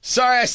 Sorry